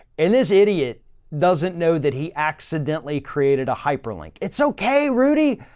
and this idiot doesn't know that he accidentally created a hyperlink. it's okay, rudy.